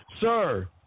Sir